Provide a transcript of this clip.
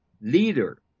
leader